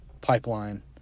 pipeline